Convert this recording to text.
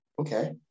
Okay